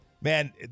man